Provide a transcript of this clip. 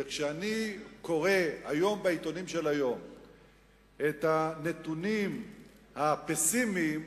וכשאני קורא בעיתונים של היום את הנתונים הפסימיים,